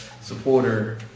supporter